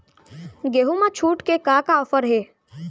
गेहूँ मा छूट के का का ऑफ़र हे?